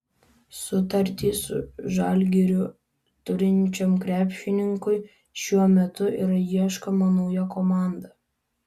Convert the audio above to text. sutartį su žalgiriu turinčiam krepšininkui šiuo metu yra ieškoma nauja komanda